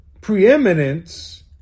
preeminence